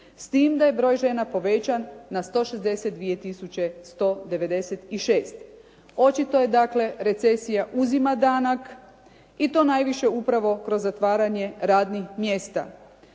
s tim da je broj žena povećan na 162 tisuće 196. Očito je da recesija uzima danak i to najviše upravo kroz zatvaranje radnih mjesta.